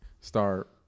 start